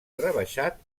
rebaixat